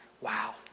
wow